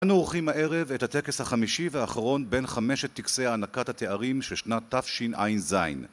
אנו עורכים הערב את הטקס החמישי והאחרון בין חמשת טקסי הענקת התארים של שנת תשע״ז